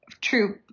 true